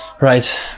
right